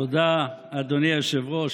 תודה, אדוני היושב-ראש.